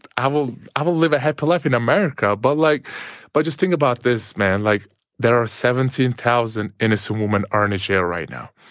i will i will live a happy life in america. but like but just think about this, man. like there are seventeen thousand innocent women are in jail right now.